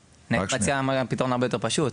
אני הייתי מציע פתרון הרבה יותר פשוט,